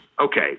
Okay